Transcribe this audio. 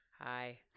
hi